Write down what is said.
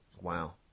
Wow